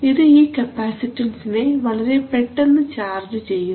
ഇത് ഈ കപ്പാസിറ്റൻസിനെ വളരെ പെട്ടെന്ന് ചാർജ് ചെയ്യുന്നു